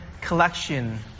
collection